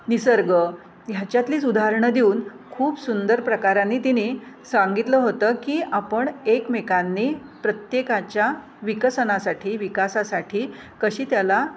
निसर्ग ह्याच्यातलीच उदाहरणं देऊन खूप सुंदर प्रकारांनी तिने सांगितलं होतं की आपण एकमेकांनी प्रत्येकाच्या विकसनासाठी विकासासाठी कशी त्याला